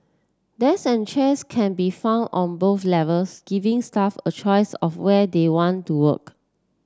desks and chairs can be found on both levels giving staff a choice of where they want to work